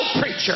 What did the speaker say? preacher